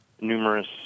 numerous